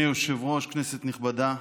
כנסת נכבדה,